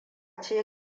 ce